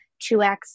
2X